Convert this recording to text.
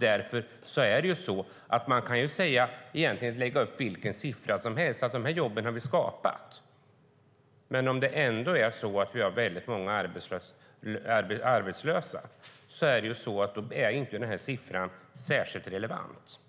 Därför kan man lägga upp egentligen vilken siffra som helst och säga att man har skapat dessa jobb. Är det så att vi har väldigt många arbetslösa är dock siffran inte särskilt relevant.